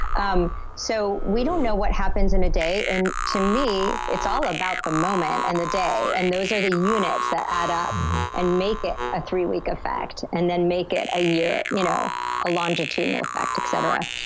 um so we don't know what happens in a day and to me, it's all about the moment and the day, and those are the units that add up and make it a three week effect and then make it a year, you know a longitudinal effect, etc.